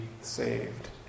saved